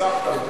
ניצחת אותי.